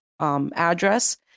address